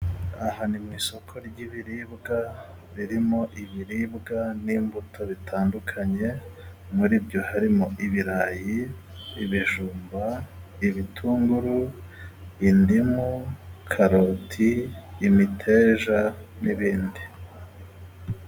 Aha ni mu isoko ry'ibiribwa birimo ibiribwa n'imbuto bitandukanye, muri byo harimo:ibirayi ,ibijumba, ibitunguru, indimu ,karoti, imiteja, n'ibindi.